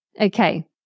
Okay